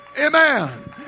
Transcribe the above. Amen